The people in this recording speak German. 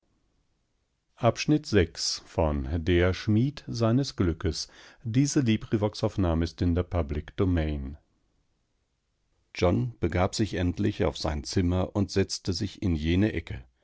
john begab sich endlich auf sein zimmer und setzte sich in jene ecke